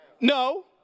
No